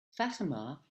fatima